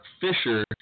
Fisher